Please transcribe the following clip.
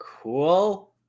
cool